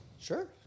Sure